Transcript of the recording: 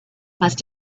must